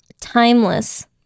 timeless